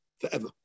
forever